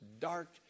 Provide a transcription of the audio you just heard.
dark